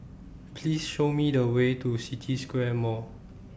Please Show Me The Way to City Square Mall